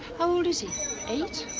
how old is he, eight